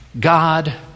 God